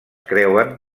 creuen